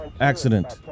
Accident